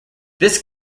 this